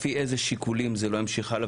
לפי איזה שיקולים זה לא ימשיך הלאה,